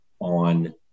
on